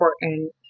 important